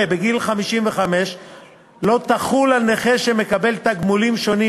בגיל 55 לא תחול על נכה שמקבל תגמולים שונים,